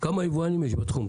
כמה יבואנים יש בתחום?